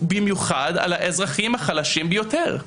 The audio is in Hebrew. במיוחד על האזרחים החלקים ביותר.